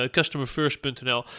CustomerFirst.nl